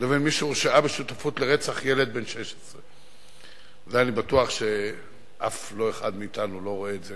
לבין מי שהורשעה בשותפות לרצח ילד בן 16. אני בטוח שאף אחד מאתנו לא רואה את זה